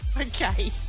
Okay